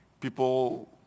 people